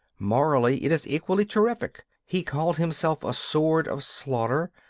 morally it is equally terrific he called himself a sword of slaughter,